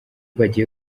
bagiye